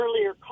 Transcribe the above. earlier